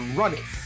running